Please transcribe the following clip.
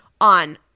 on